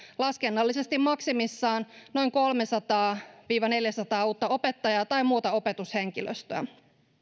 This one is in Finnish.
laskennallisesti maksimissaan noin kolmesataa viiva neljäsataa uutta opettajaa tai muuta opetushenkilöstöä